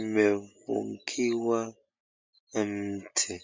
imefungiwa nje.